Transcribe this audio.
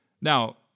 Now